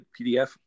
PDF